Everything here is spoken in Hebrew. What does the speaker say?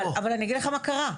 אבל אני אגיד לך מה קרה.